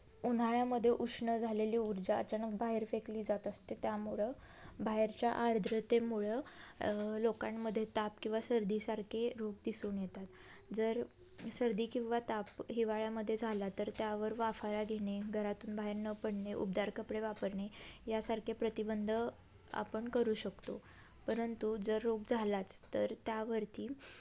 उन्हाळ्यामध्ये उष्ण झालेली ऊर्जा अचानक बाहेर फेकली जात असते त्यामुळं बाहेरच्या आर्द्रतेमुळं लोकांमध्ये ताप किंवा सर्दीसारखे रोग दिसून येतात जर सर्दी किंवा ताप हिवाळ्यामधे झाला तर त्यावर वाफारा घेणे घरातून बाहेर न पडणे उबदार कपडे वापरणे यासारखे प्रतिबंध आपण करू शकतो परंतु जर रोग झालाच तर त्यावरती